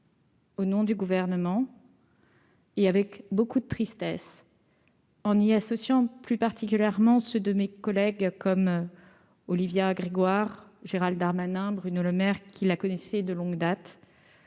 Au nom du gouvernement. Et avec beaucoup de tristesse, en y associant plus particulièrement ceux de mes collègues, comme Olivia Grégoire, Gérald Darmanin, Bruno Lemaire qui la connaissait de longue date.